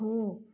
हो